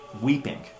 Weeping